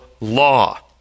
law